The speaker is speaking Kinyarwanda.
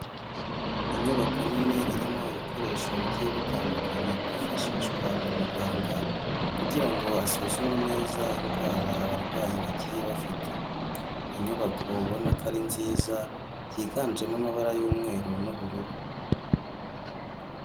Inyubako nini irimo ibikoresho bigiye bitandukanye byifashishwa na muganga kugira ngo asuzume neza indwara abarwayi bagiye bafite. Ni inyubako ubona ko ari nziza yiganjemo amabara y'umweru n'ubururu.